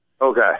Okay